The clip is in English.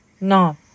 No